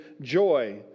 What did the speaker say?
joy